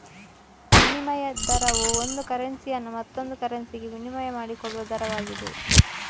ವಿನಿಮಯ ದರವು ಒಂದು ಕರೆನ್ಸಿಯನ್ನು ಮತ್ತೊಂದು ಕರೆನ್ಸಿಗೆ ವಿನಿಮಯ ಮಾಡಿಕೊಳ್ಳುವ ದರವಾಗಿದೆ